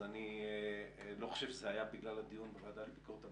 אני לא חושב שזה היה בגלל הדיון בוועדה לביקורת המדינה,